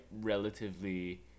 relatively